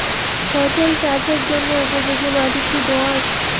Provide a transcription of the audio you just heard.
ফসল চাষের জন্য উপযোগি মাটি কী দোআঁশ?